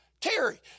Terry